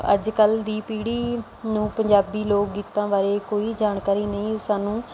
ਅੱਜ ਕੱਲ੍ਹ ਦੀ ਪੀੜ੍ਹੀ ਨੂੰ ਪੰਜਾਬੀ ਲੋਕ ਗੀਤਾਂ ਬਾਰੇ ਕੋਈ ਜਾਣਕਾਰੀ ਨਹੀਂ ਸਾਨੂੰ